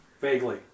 Vaguely